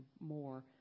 more